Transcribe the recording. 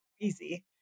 easy